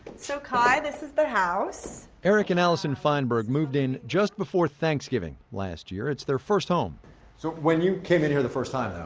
so kai, this is the house eric and alison feinberg moved in just before thanksgiving last year. it's their first home so when you came in here the first time, though,